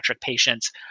patients